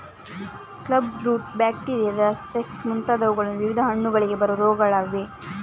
club root, ಬ್ಯಾಕ್ಟೀರಿಯಾದ speck ಮುಂತಾದವುಗಳು ವಿವಿಧ ಹಣ್ಣುಗಳಿಗೆ ಬರುವ ರೋಗಗಳಾಗಿವೆ